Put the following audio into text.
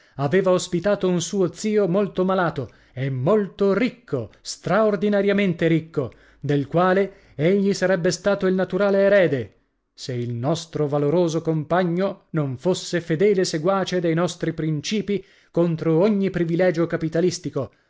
aveva ospitato un suo zio molto malato e molto ricco straordinariamente ricco del quale egli sarebbe stato il naturale erede se il nostro valoroso compagno non fosse fedele seguace dei nostri princip contro ogni privilegio capitalistico